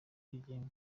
kwigenga